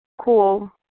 cool